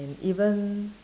and even